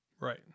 Right